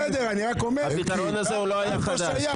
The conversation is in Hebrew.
לא היה חדש.